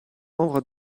membres